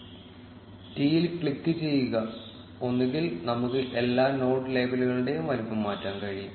T യിൽ ക്ലിക്കുചെയ്യുക ഒന്നുകിൽ നമുക്ക് എല്ലാ നോഡ് ലേബലുകളുടെയും വലുപ്പം മാറ്റാൻ കഴിയും